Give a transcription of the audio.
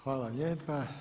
Hvala lijepa.